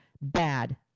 bad